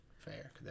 fair